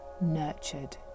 nurtured